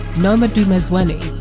noma dumezweni,